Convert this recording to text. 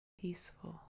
peaceful